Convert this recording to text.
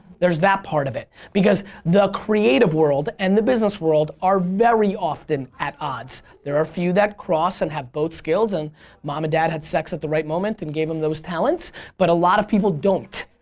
there's that part of it. because the creative world and the business world are very often at odds. there are a few that cross and have both skills and mom dad had sex of the right moment and gave them those talents but a lot of people don't.